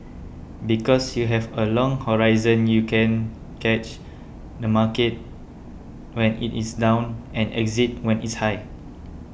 because you have a long horizon you can catch the market when it is down and exit when it's high